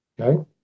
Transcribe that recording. Okay